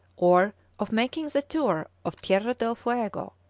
or of making the tour of tierra del fuego,